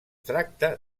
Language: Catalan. tracta